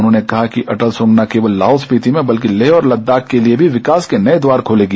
उन्होंने कहा कि अटल सुरंग न केवल लाहौल स्पीति में बल्कि लेह और लद्दाख के लिए भी विकास के नए द्वार खोलेगी